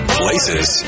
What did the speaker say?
places